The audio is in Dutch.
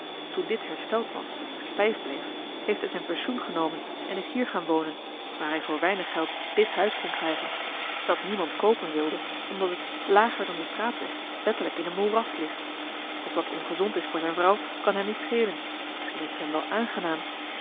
toen dit hersteld was maar stijf bleef heeft hij zijn pensioen genomen en is hier gaan wonen waar hij voor weinig geld dit huis kon krijgen dat niemand koopen wilde omdat het lager dan den straatweg letterlijk in een moeras ligt of dat ongezond is voor zijn vrouw kan hem niet schelen misschien is t hem wel aangenaam